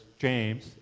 James